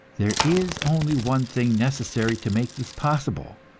there is only one thing necessary to make this possible,